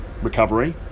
recovery